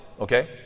okay